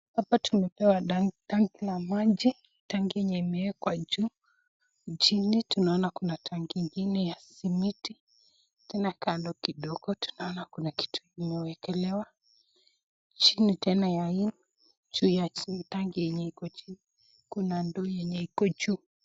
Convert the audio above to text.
Hapa tumepewa tangi la maji. Tangi enye imewekwa juu. Chini tunaona kuna tangi ingine ya simiti. Tena kando kidogo tunaona kuna kitu imewekelewa. Chini tena ya hio, juu ya tangi enye iko chini kuna ndoo enye iko juu.